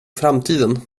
framtiden